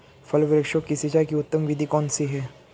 फल वृक्षों की सिंचाई की उत्तम विधि कौन सी है?